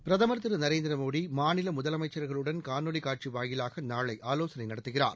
பிரதமர் திரு நரேந்திரமோடி மாநில முதலமைச்சர்களுடன் காணொலி காட்சி வாயிலாக நாளை ஆலோசனை நடத்துகிறார்